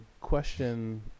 question